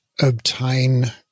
obtain